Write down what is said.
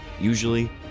Usually